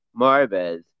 Marvez